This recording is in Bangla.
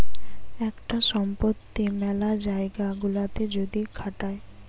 একটা সম্পত্তি মেলা জায়গা গুলাতে যদি খাটায়